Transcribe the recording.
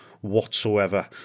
whatsoever